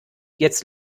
jetzt